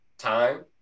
Time